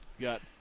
got